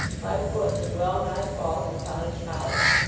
my foot had well-nigh fallen upon a child,